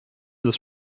des